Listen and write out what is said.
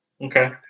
Okay